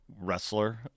wrestler